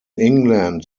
england